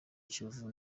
kiyovu